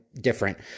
different